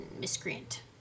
Miscreant